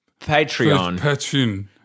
Patreon